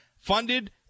funded